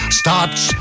starts